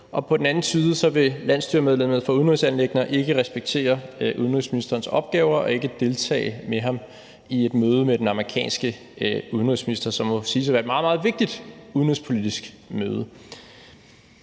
på den anden side vil landsstyremedlemmet for udenrigsanliggender ikke respektere udenrigsministerens opgaver og ikke deltage med ham i et møde med den amerikanske udenrigsminister, hvilket må siges at være et meget, meget vigtigt udenrigspolitisk møde.